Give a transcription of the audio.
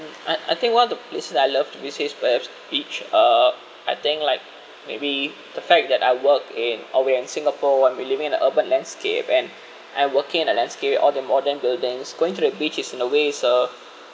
and I think one of the places I love to visit is perhaps beach uh I think like maybe the fact that I work in or we're in singapore when we living in the urban landscape and I'm working in a landscape all the modern buildings going to the beach is in a way so